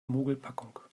mogelpackung